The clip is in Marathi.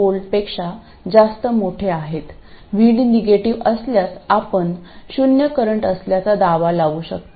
7V पेक्षा जास्त मोठे आहेत VD निगेटिव असल्यास आपण शून्य करंट असल्याचा अंदाज लावू शकता